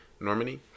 Normani